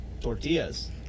tortillas